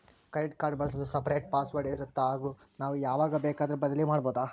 Credit card ಬಳಸಲು separate password ಇರುತ್ತಾ ಹಾಗೂ ನಾವು ಯಾವಾಗ ಬೇಕಾದರೂ ಬದಲಿ ಮಾಡಬಹುದಾ?